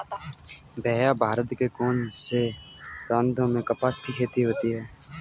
भैया भारत के कौन से प्रांतों में कपास की खेती होती है?